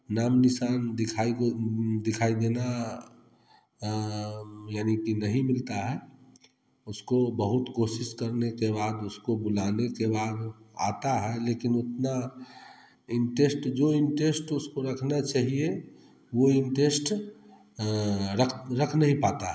नाम निशान दिखाइए वो दिखाई देना यानी की नहीं मिलता है उसको बहुत कोशिश करने के बाद उसको बुलाने के बाद आता है लेकिन उतना इंटरेस्ट जो इंटरेस्ट उसको रखना चाहिए वो इंटरेस्ट रख रख नहीं पाता है